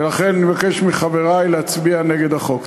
ולכן אני מבקש מחברי להצביע נגד החוק.